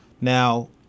Now